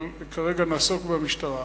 אבל כרגע נעסוק במשטרה,